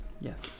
Yes